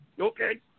okay